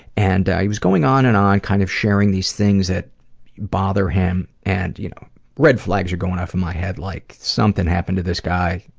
and he was going on and on, kind of sharing these things that bother him, and you know red flags are going off in my head, like, something happened to this guy.